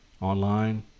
online